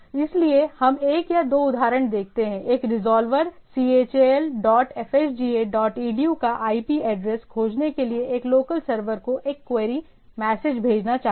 इसलिए हम एक या दो उदाहरण देखते हैं एक resolver chal dot fhda dot edu का IP एड्रेस खोजने के लिए एक लोकल सर्वर को एक क्वेरी मैसेज भेजना चाहता है